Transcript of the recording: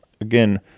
Again